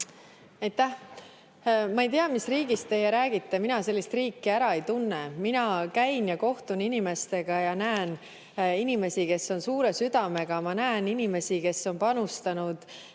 Ma ei tea, mis riigist teie räägite – mina sellist riiki ära ei tunne. Mina käin ja kohtun inimestega ja näen inimesi, kes on suure südamega. Ma näen inimesi, kes on panustanud